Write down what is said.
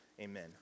Amen